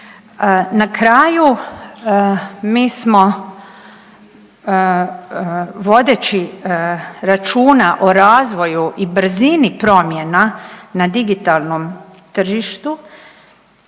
Na kraju, mi smo vodeći računa o razvoju i brzini promjena na digitalnom tržištu,